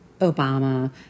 Obama